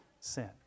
sin